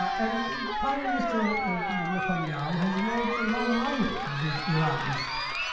and prime minister netanyahu has made a long mileage with these iran issues.